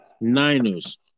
Niners